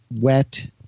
wet